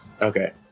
Okay